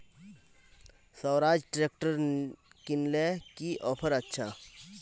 Swaraj tractor किनले की offer अच्छा?